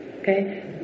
Okay